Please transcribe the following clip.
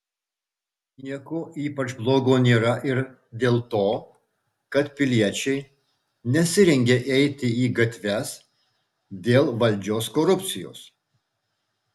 nieko ypač blogo nėra ir dėl to kad piliečiai nesirengia eiti į gatves dėl valdžios korupcijos